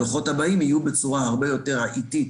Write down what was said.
הדוחות השנים יהיו בצורה הרבה יותר עיתית,